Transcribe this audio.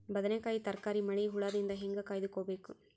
ಬದನೆಕಾಯಿ ತರಕಾರಿ ಮಳಿ ಹುಳಾದಿಂದ ಹೇಂಗ ಕಾಯ್ದುಕೊಬೇಕು?